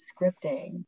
scripting